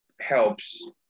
helps